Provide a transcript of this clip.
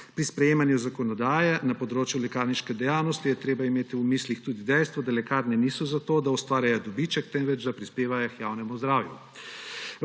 Pri sprejemanju zakonodaje na področju lekarniške dejavnosti je treba imeti v mislih tudi dejstvo, da lekarne niso za to, da ustvarjajo dobiček, temveč da prispevajo k javnemu zdravju.